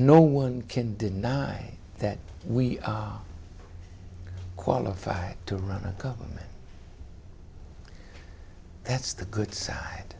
no one can deny that we qualified to run a government that's the good side